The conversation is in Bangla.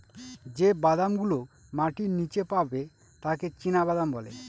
যে বাদাম গুলো মাটির নীচে পাবে তাকে চীনাবাদাম বলে